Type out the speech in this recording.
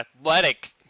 athletic